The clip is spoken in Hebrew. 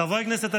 חברי הכנסת,